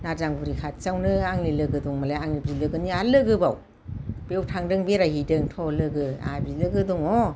नारजां बुरि खाथियावनो आंनि लोगो दंमोनलाय आंनि बिलोगोनि आरो लोगोबाव बेयाव थांदों बेरायहैदों थ लोगो आंहा बिलोगो दङ